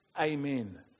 Amen